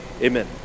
amen